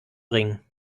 bringen